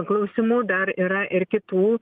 klausimų dar yra ir kitų